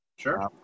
Sure